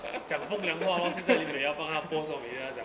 讲风凉话 orh 现在利面要帮他 pose 美 ah 讲